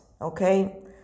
okay